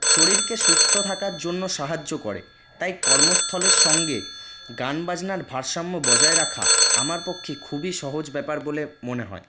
শরীরকে সুস্থ থাকার জন্য সাহায্য করে তাই কর্মস্থলের সঙ্গে গান বাজনার ভারসাম্য বজায় রাখা আমার পক্ষে খুবই সহজ ব্যাপার বলে মনে হয়